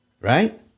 Right